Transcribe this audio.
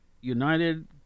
united